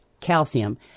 calcium